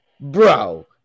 bro